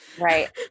right